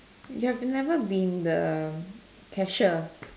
you have never been the cashier